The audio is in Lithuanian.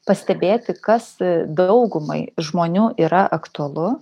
pastebėti kas daugumai žmonių yra aktualu